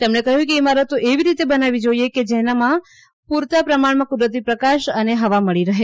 તેમણે કહ્યું કે ઇમારતો એવી રીતે બનાવવી જોઇએ કે જેનામાં પુરતા પ્રમાણમાં કુદરતી પ્રકાશ અને હવા મળી રહે